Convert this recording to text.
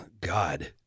God